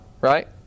right